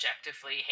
objectively